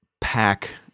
pack